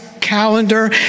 calendar